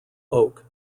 oak